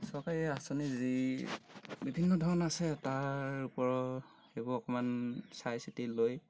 চৰকাৰী আঁচনি যি বিভিন্ন ধৰণৰ আছে তাৰ ওপৰত সেইবোৰ অকণমান চাই চিটি লৈ